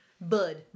bud